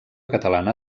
catalana